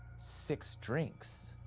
six drinks.